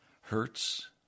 hurts